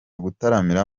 gutaramira